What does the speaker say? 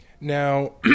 Now